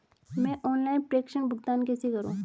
मैं ऑनलाइन प्रेषण भुगतान कैसे करूँ?